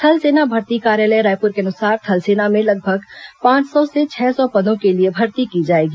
थल सेना भर्ती कार्यालय रायप्र के अनुसार थल सेना में लगभग पांच सौ से छह सौ पदों के लिए भर्ती की जाएगी